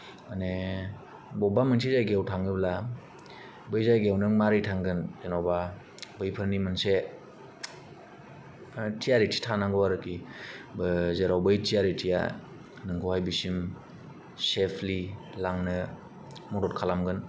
मानि बबेबा मोनसे जायगायाव थाङोब्ला बै जायगायाव नों मारै थांगोन जेनोबा बेफोरनि मोनसे थियारिथि थानांगौ आरोखि जेराव बै थियारिथिया नोंखौहाय बिसिम सेफलि लांनो मदद खालामगोन